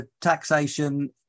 taxation